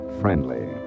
friendly